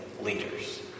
leaders